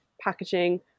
packaging